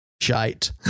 Shite